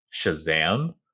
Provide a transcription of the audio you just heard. shazam